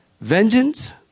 Vengeance